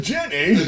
Jenny